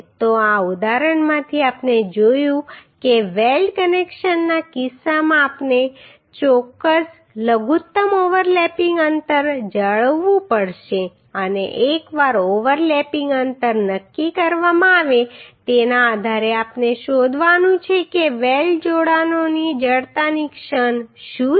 તો આ ઉદાહરણમાંથી આપણે જોયું કે વેલ્ડ કનેક્શનના કિસ્સામાં આપણે ચોક્કસ લઘુત્તમ ઓવરલેપિંગ અંતર જાળવવું પડશે અને એકવાર ઓવરલેપિંગ અંતર નક્કી કરવામાં આવે તેના આધારે આપણે શોધવાનું છે કે વેલ્ડ જોડાણોની જડતાની ક્ષણ શું છે